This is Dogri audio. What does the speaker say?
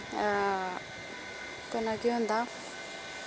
कन्नै केह् होंदा